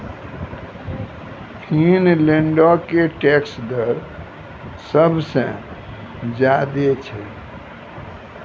फिनलैंडो के टैक्स दर सभ से ज्यादे छै